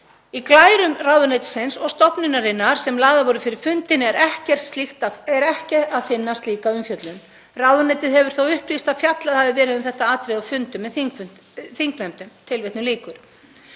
Í glærum ráðuneytisins og stofnunarinnar sem lagðar voru fyrir á fundunum er ekki að finna slíka umfjöllun. Ráðuneytið hefur þó upplýst að fjallað hafi verið um þetta atriði á fundum með þingnefndum.“ Kynningin